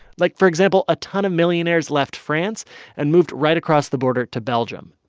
like, for example, a ton of millionaires left france and moved right across the border to belgium.